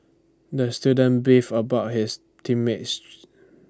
the student beef about his team mate